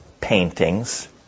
paintings